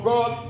God